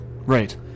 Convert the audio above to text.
Right